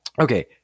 Okay